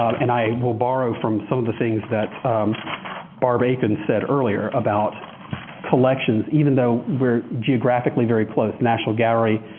and i will borrow from some of the things that barb aiken said earlier about collections. even though we're geographically very close, national gallery,